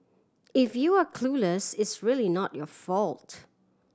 if you're clueless it's really not your fault